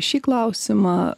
šį klausimą